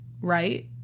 right